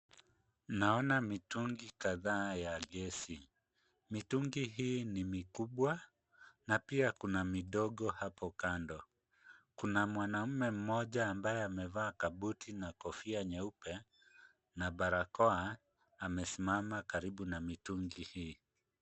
Naona mitungi kadhaa ya gesi. Mitungi hii ni mikubwa na pia kuna midogo hapo kando. Kuna mwanamume mmoja ambaye amevaa kabuti na kofia nyeupe na barakoa amesimama karibu na mitungi hii.